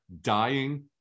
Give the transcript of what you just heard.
dying